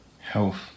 health